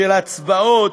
של הצבעות,